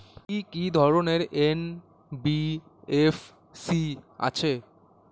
কি কি ধরনের এন.বি.এফ.সি আছে?